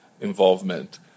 involvement